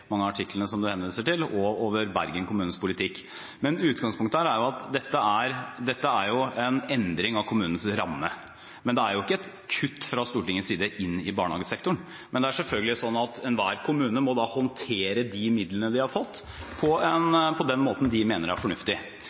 mange av artiklene som det henvises til, og over Bergen kommunes politikk. Utgangspunktet er at dette er en endring av kommunens ramme. Det er ikke et kutt fra Stortingets side i barnehagesektoren, men det er selvfølgelig slik at enhver kommune må håndtere de midlene de har fått, på den måten de mener er fornuftig.